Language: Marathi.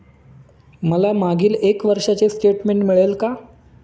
मला मागील एक वर्षाचे स्टेटमेंट मिळेल का?